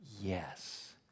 yes